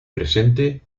presente